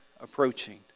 approaching